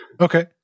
Okay